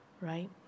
right